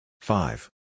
Five